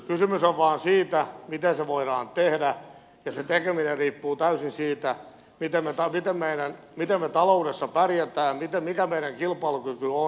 kysymys on vain siitä miten se voidaan tehdä ja se tekeminen riippuu täysin siitä miten me taloudessa pärjäämme mikä meidän kilpailukykymme on